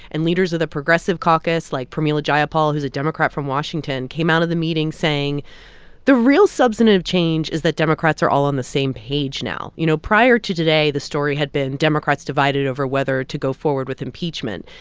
and leaders of the progressive caucus, like pramila jayapal, who's a democrat from washington came out of the meeting saying the real substantive change is that democrats are all on the same page now you know, prior to today, the story had been democrats divided over whether to go forward with impeachment.